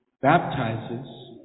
baptizes